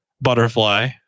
butterfly